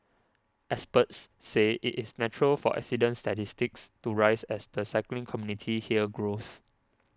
experts say it is natural for accident statistics to rise as the cycling community here grows